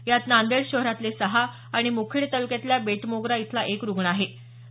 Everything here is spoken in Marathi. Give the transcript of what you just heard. यात नांदेड शहरातले सहा आणि मुखेड तालुक्यातल्या बेटमोगरा इथल्या एका रुग्णाचा समावेश आहे